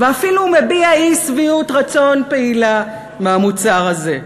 ואפילו מביע אי-שביעות רצון פעילה מהמוצר הזה,